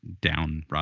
down